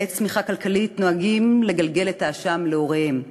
בעת צמיחה כלכלית נוהגים לגלגל את האשם אל הוריהם,